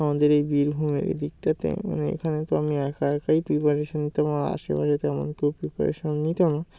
আমাদের এই বীরভূমের এই দিকটাতে মানে এখানে তো আমি একা একাই প্রিপারেশান নিতাম আমার আশেপাশে তেমন কেউ প্রিপারেশান নিত না